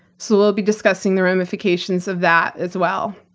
so, we'll be discussing the ramifications of that, as well.